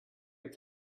your